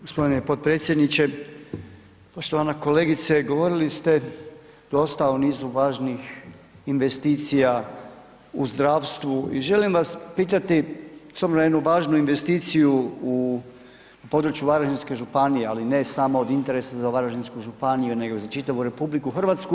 Gospodine potpredsjedniče, poštovana kolegice govorili ste dosta o nizu važnih investicija u zdravstvu i želim vas pitati s obzirom na jednu važnu investiciju u području Varaždinske županije, ali ne samo od interesa za Varaždinsku županiju nego za čitavu RH.